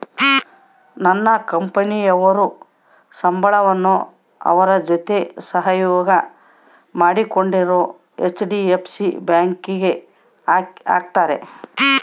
ನನ್ನ ಕಂಪನಿಯವರು ಸಂಬಳವನ್ನ ಅವರ ಜೊತೆ ಸಹಯೋಗ ಮಾಡಿಕೊಂಡಿರೊ ಹೆಚ್.ಡಿ.ಎಫ್.ಸಿ ಬ್ಯಾಂಕಿಗೆ ಹಾಕ್ತಾರೆ